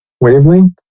Wavelength